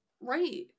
right